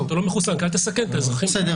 אם אתה לא מחוסן, אל תסכן את האזרחים שלנו.